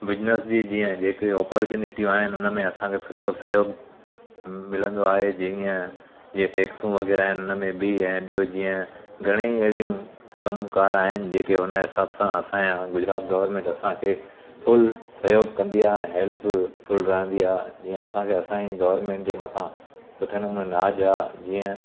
business जी जीअं जेकी अपॉर्चुनिटियूं आहिनि हुनमें असांखे सुठो सहयोग मिलंदो आहे जीअं जे टैक्सूं वग़ैरह आहिनि हुनमें बि ऐं ॿियो जीअं घणेई अहिड़ियूं कमकार आहिनि जेके हुन हिसाब सां असांजा गुजरात गवर्नमेंट असांखे फुल सहयोग कंदी आहे हैल्पफुल रहंदी आहे जीअं असांखे असांजी गवर्नमेंट जे मथां सुठे नमूने नाज़ आहे जीअं